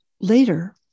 later